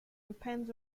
depends